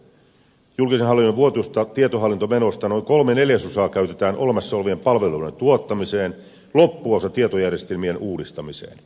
julkisen hallinnon vuotuisista tietohallintomenoista noin kolme neljäsosaa käytetään olemassa olevien palveluiden tuottamiseen loppuosa tietojärjestelmien uudistamiseen